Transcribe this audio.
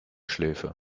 schläfe